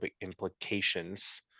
implications